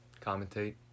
Commentate